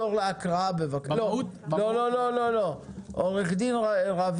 ההצעה של נועה פותרת רק את העניין של התקנים הרשמיים.